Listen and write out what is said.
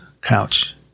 couch